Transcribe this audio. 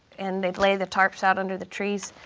and they lay the tarps out under the trees.